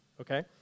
okay